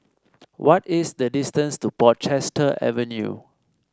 what is the distance to Portchester Avenue